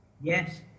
Yes